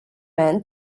men